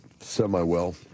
semi-well